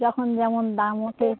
যখন যেমন দাম ওঠে